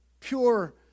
pure